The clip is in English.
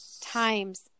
times